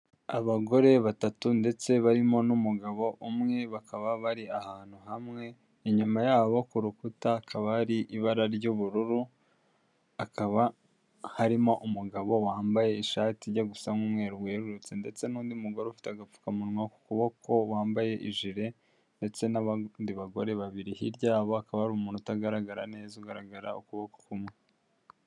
Abagore batatu ndetse barimo n'umugabo umwe bakaba bari ahantu hamwe, inyuma yabo ku rukuta hakaba hari ibara ry'ubururu, hakaba harimo umugabo wambaye ishati ijya gusa nk'umweru wererutse ndetse n'undi mugore ufite agapfukamunwa ku kuboko wambaye ijire ndetse n'abandi bagore babiri, hirya yabo hakaba hari umuntu utagaragara neza ugaragara ukuboko kumwe.